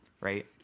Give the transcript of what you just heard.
right